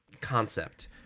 concept